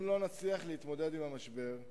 אם לא נצליח להתמודד עם המשבר,